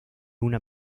una